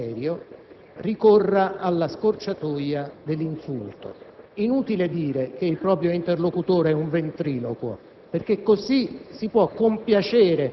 del fatto che questo valoroso collega, per discutere e polemizzare sul merito di proposte che sono sul tappeto